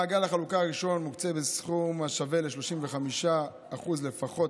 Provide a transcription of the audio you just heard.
מעגל החלוקה הראשון מוקצה בסכום השווה ל-35% לפחות